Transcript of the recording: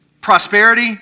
Prosperity